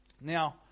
now